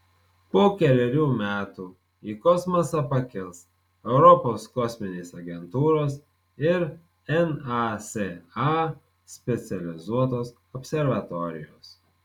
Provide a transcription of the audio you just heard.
po kelerių metų į kosmosą pakils europos kosminės agentūros ir nasa specializuotos observatorijos